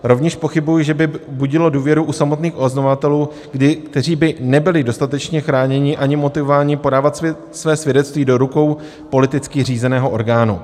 Rovněž pochybuji, že by budilo důvěru u samotných oznamovatelů, kteří by nebyli dostatečně chráněni ani motivováni podávat své svědectví do rukou politicky řízeného orgánu.